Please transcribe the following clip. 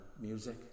music